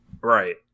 Right